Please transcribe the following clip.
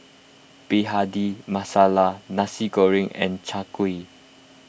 Bhindi Masala Nasi Goreng and Chai Kuih